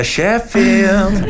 Sheffield